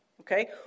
Okay